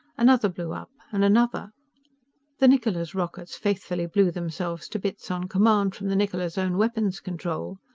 another blew up. and another the niccola's rockets faithfully blew themselves to bits on command from the niccola's own weapons control.